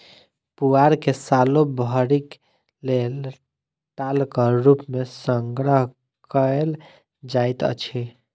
पुआर के सालो भरिक लेल टालक रूप मे संग्रह कयल जाइत अछि